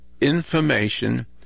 information